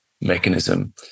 mechanism